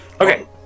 Okay